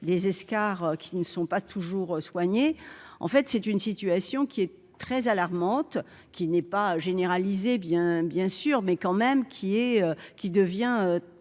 des escarres qui ne sont pas toujours soigné en fait, c'est une situation qui est très alarmante qui n'est pas bien, bien sûr, mais quand même qui est